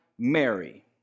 Mary